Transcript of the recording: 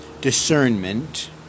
discernment